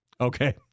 Okay